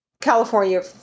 California